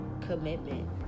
commitment